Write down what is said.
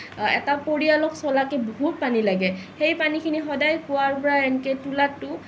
এটা পৰিয়ালক চলাকে বহুত পানী লাগে সেই পানীখিনি সদায় কুৱাৰ পৰা এনকে তুলাটো